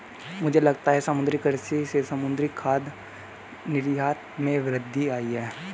मुझे लगता है समुद्री कृषि से समुद्री खाद्य निर्यात में वृद्धि आयी है